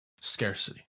scarcity